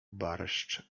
barszcz